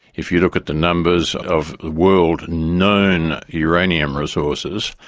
if you look at the numbers of the world known uranium resources,